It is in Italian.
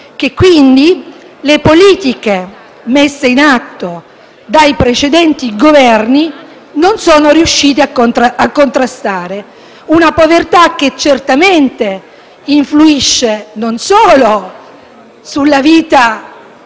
che quindi le politiche messe in atto dai precedenti Governi non sono riuscite a contrastare: una povertà che certamente influisce non solo sulla vita